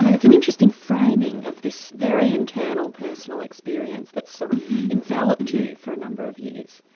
um and it's in interesting framing of this very internal, personal experience that sort of enveloped you for a number of years.